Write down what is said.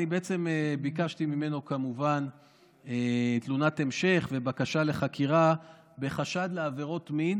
אני בעצם ביקשתי ממנו כמובן תלונת המשך ובקשה לחקירה בחשד לעבירות מין